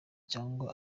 cyangwa